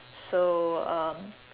so um